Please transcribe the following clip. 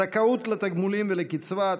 (זכאות לתגמולים ולקצבה),